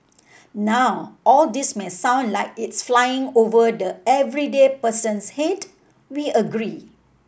now all this may sound like it's flying over the everyday person's head we agree